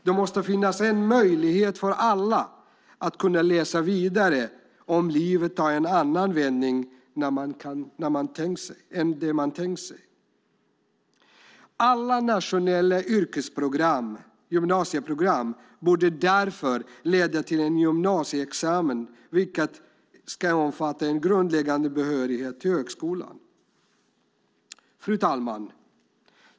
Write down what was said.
Det måste finnas en möjlighet för alla att läsa vidare om livet tar en annan vändning än den man tänkt sig. Alla nationella yrkesprogram, gymnasieprogram, borde därför leda till en gymnasieexamen, som ska omfatta en grundläggande behörighet till högskolan. Fru talman!